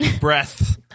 Breath